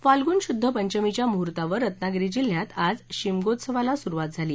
फाल्गुन शुद्ध पंचमीच्या मुहूर्तावर रत्नागिरी जिल्ह्यात आज शिमगोत्सवाला सुरुवात झाली